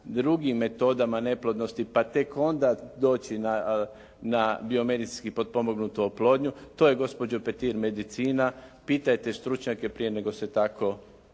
drugim metodama neplodnosti, pa tek onda doći na biomedicinski potpomognutu oplodnju. To je gospođo Petir medicina. Pitajte stručnjake prije nego se tako